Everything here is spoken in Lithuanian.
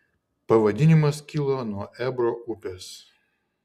pavadinimas kilo nuo ebro upės